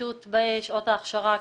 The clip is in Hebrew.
גמישות בשעות ההכשרה.